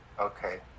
Okay